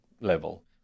level